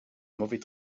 mauvais